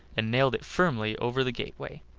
and nailed it firmly over the gateway.